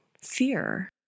fear